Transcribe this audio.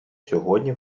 сьогодні